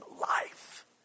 life